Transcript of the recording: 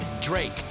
Drake